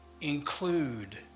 include